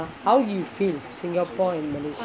how you feel singapore and malaysia